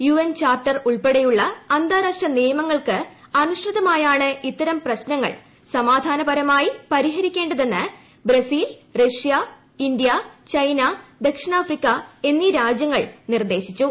UN charter ഉൾപ്പെടെയുള്ള അന്താരാഷ്ട്ര നിയമങ്ങൾക്ക് അനുസൃതമായാണ് ഇത്തരം പ്രശ്നങ്ങൾ സമാധാനപരമായി പരിഹരിക്കേണ്ടതെന്ന് ബ്രസീൽ റഷ്യ ഇന്ത്യ ചൈന ദക്ഷിണാഫ്രിക്ക എന്നീ രാജ്യങ്ങൾ നിർദ്ദേശിച്ചു